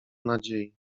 nadziei